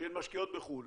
שהן משקיעות בחו"ל,